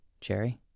Jerry